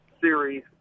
series